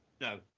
No